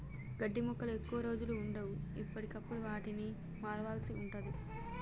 గడ్డి మొక్కలు ఎక్కువ రోజులు వుండవు, ఎప్పటికప్పుడు వాటిని మార్వాల్సి ఉంటది